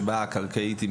שבו הקרקעית מתחילה,